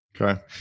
Okay